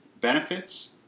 benefits